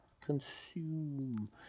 Consume